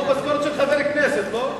כמו משכורת של חבר כנסת, לא?